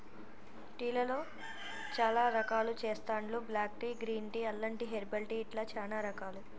tea లలో చాల రకాలు చెస్తాండ్లు బ్లాక్ టీ, గ్రీన్ టీ, అల్లం టీ, హెర్బల్ టీ ఇట్లా చానా రకాలు